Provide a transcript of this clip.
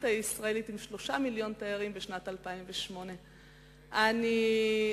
הישראלית עם 3 מיליוני תיירים בשנת 2008. יפה.